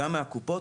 גם מהקופות.